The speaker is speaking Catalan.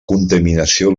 contaminació